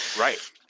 Right